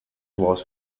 was